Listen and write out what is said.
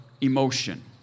emotion